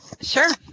Sure